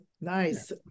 Nice